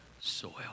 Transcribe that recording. soil